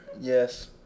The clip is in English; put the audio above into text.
yes